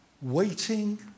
waiting